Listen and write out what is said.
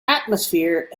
atmosphere